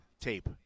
tape